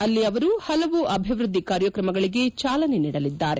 ಅಲ್ಲಿ ಅವರು ಪಲವು ಅಭಿವೃದ್ಧಿ ಕಾರ್ಯಕ್ರಮಗಳಿಗೆ ಚಾಲನೆ ನೀಡಲಿದ್ದಾರೆ